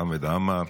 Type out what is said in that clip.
חמד עמאר,